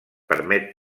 permet